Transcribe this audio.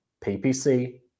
PPC